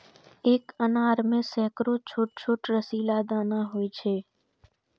एक अनार मे सैकड़ो छोट छोट रसीला दाना होइ छै